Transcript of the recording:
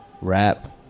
rap